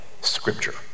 scripture